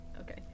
Okay